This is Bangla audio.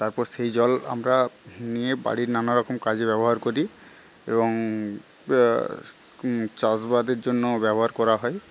তারপর সেই জল আমরা নিয়ে বাড়ির নানারকম কাজে ব্যবহার করি এবং চাষবাদের জন্য ব্যবহার করা হয়